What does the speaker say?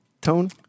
tone